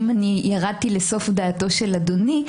אני ירדתי לסוף דעתו של אדוני,